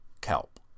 kelp